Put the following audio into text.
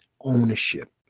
ownership